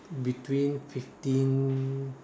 between fifteen